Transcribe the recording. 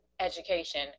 education